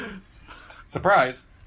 Surprise